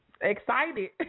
excited